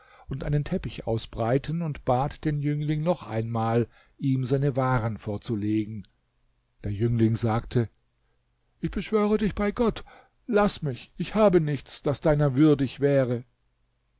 und einen teppich ausbreiten und bat den jüngling noch einmal ihm seine waren vorzulegen der jüngling sagte ich beschwöre dich bei gott laß mich ich habe nichts das deiner würdig wäre